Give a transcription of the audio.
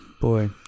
boy